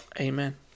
Amen